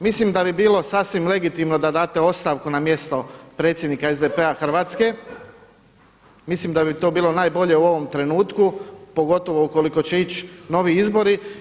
Mislim da bi bilo sasvim legitimno da date ostavku na mjesto predsjednika SDP-a Hrvatske, mislim da bi to bilo najbolje u ovom trenutku pogotovo ukoliko će ići novi izbori.